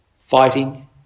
fighting